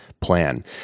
plan